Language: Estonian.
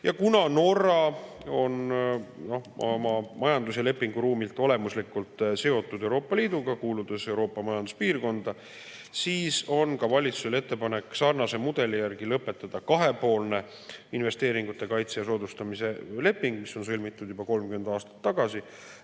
Kuna Norra on oma majandus- ja lepinguruumilt olemuslikult seotud Euroopa Liiduga, sest ta kuulub Euroopa majanduspiirkonda, siis on valitsusel ettepanek sarnase mudeli järgi lõpetada kahepoolne investeeringute kaitse ja soodustamise leping, mis on sõlmitud juba 30 aastat tagasi